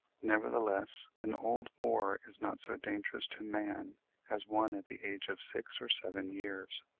nevertheless, an old boar is not so dangerous to man as one at the age of six or seven years.